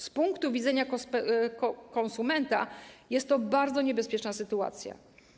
Z punktu widzenia konsumenta jest to bardzo niebezpieczna sytuacja.